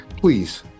Please